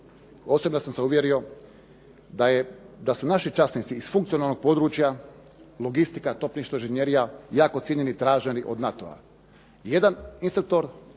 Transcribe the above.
osobno sam se uvjerio da su naši časnici iz funkcionalnog područja logistika, topništvo, inženjerija jako cijenjeni i traženi od NATO-a.